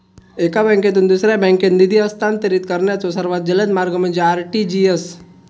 एका बँकेतून दुसऱ्या बँकेत निधी हस्तांतरित करण्याचो सर्वात जलद मार्ग म्हणजे आर.टी.जी.एस